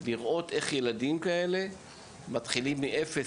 לראות איך ילדים כאלה מתחילים מאפס